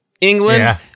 England